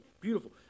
Beautiful